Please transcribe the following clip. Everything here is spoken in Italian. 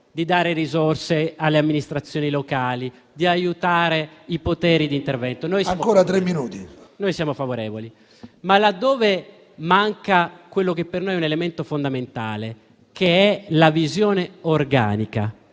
di dare risorse alle amministrazioni locali e di aiutare i poteri di intervento, siamo favorevoli. Invece, laddove manca quello che per noi è un elemento fondamentale, cioè la visione organica